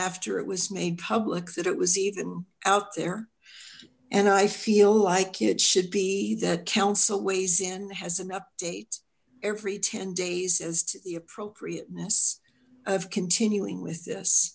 after it was made public that it was even out there and i feel like it should be that council weighs in has an update every ten days as to the appropriateness of continuing with